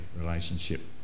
relationship